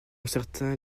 certains